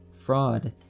fraud